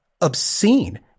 obscene